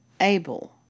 able